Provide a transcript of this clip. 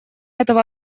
этого